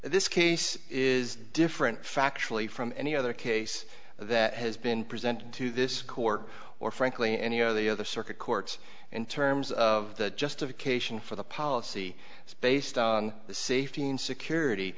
this case is different factually from any other case that has been presented to this court or frankly any of the other circuit courts in terms of the justification for the policy it's based on the safety and security